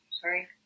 sorry